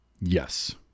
Yes